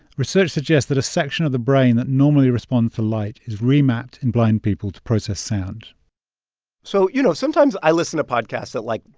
research suggests that a section of the brain that normally responds to light is remapped in blind people to process sound so, you know, sometimes i listen to podcasts at, like,